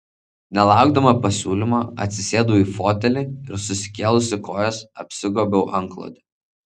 nelaukdama pasiūlymo atsisėdau į fotelį ir susikėlusi kojas apsigobiau antklode